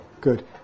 good